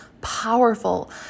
powerful